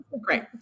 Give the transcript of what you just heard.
great